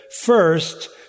first